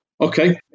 Okay